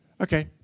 Okay